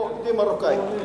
או יודעים מרוקאית.